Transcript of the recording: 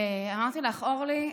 ואמרתי לך: אורלי,